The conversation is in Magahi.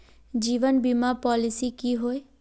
जीवन बीमा पॉलिसी की होय?